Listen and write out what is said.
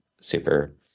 super